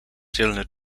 dzielny